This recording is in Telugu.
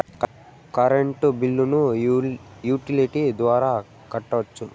కరెంటు బిల్లును యుటిలిటీ ద్వారా కట్టొచ్చా?